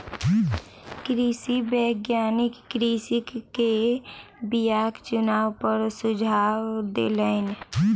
कृषि वैज्ञानिक कृषक के बीयाक चुनाव पर सुझाव देलैन